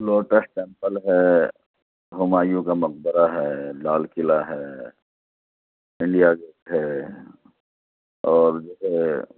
lotus Temple ہے ہمایوں کا مقبرہ ہے لال قلعہ ہے انڈیا گیٹ ہے اور جیسے